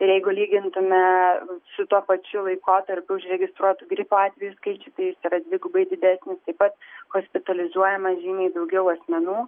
ir jeigu lygintumėme su tuo pačiu laikotarpiu užregistruotų gripo atvejų skaičiu jis yra dvigubai didesnis taip pat hospitalizuojama žymiai daugiau asmenų